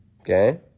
Okay